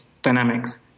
dynamics